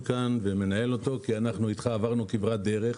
ומנהל אותו כי אנחנו עברנו אתך כברת דרך.